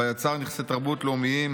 בה יצר נכסי תרבות לאומיים